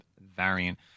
variant